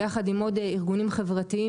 ביחד עם עוד ארגונים חברתיים,